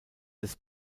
des